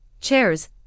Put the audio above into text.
chairs